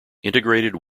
integrated